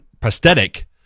prosthetic